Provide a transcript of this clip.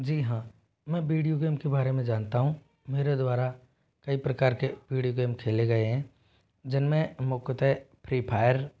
जी हाँ मैं video game के बारे में जानता हूँ मेरे द्वारा कई प्रकार के वीडियो गेम खेले गए हैं जिनमें मुख्यतः फ्री फायर